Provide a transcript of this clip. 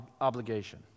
obligation